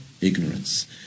ignorance